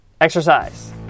exercise